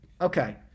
okay